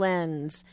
Lens